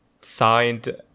signed